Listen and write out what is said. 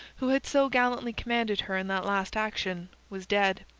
who had so gallantly commanded her in that last action, was dead.